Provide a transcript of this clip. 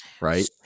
right